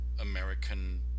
American